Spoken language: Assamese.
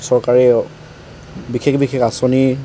চৰকাৰে বিশেষ বিশেষ আঁচনি